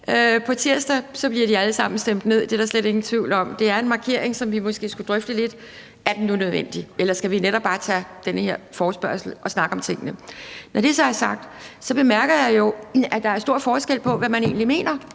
På tirsdag bliver de alle sammen stemt ned; det er der slet ingen tvivl om. Det er en markering, som vi måske skulle drøfte lidt om er nødvendig, eller om vi netop bare skal tage den her forespørgsel og snakke om tingene. Når det så er sagt, bemærker jeg jo, at der er stor forskel på, hvad man egentlig mener.